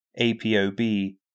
APOB